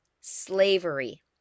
Slavery